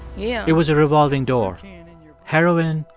yeah it was a revolving door heroin,